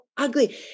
Ugly